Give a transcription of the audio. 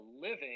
living